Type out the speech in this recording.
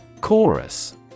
Chorus